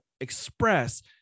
express